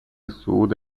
صعود